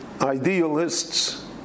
idealists